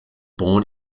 born